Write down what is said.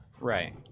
Right